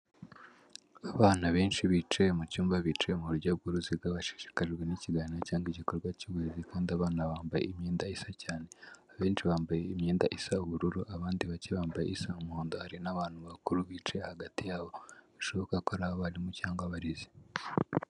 abana benshi bicaye mucyumba bicaye muburyo bwuruziga bashishikajwe nikiganiza cyangwa igikorwa cyuburezi kandi abana bambaye imyenda isa cyane abenshi bambaye imyenda isabururu abandi bake bambaye isa umuhondo hari naban bakuru bicaye hagati yabo bishoboka ko ari abarimu cyangwa abarezi